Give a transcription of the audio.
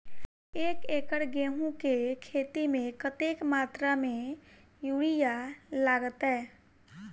एक एकड़ गेंहूँ केँ खेती मे कतेक मात्रा मे यूरिया लागतै?